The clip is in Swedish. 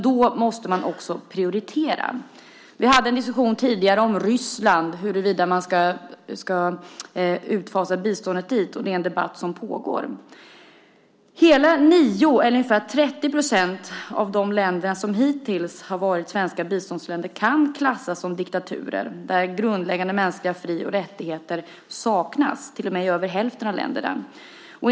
Då måste man också prioritera. Vi hade tidigare en diskussion om Ryssland och om huruvida man ska fasa ut biståndet dit. Det är en debatt som pågår. Hela nio länder, eller ungefär 30 % av de länder som hittills varit svenska biståndsländer, kan klassas som diktaturer. Grundläggande mänskliga fri och rättigheter saknas i över hälften av länderna.